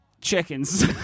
chickens